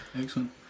Excellent